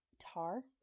tar